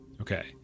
Okay